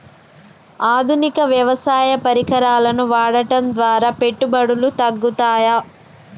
ఆధునిక వ్యవసాయ పరికరాలను వాడటం ద్వారా పెట్టుబడులు తగ్గుతయ?